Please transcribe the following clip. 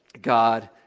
God